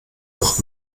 noch